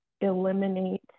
Eliminate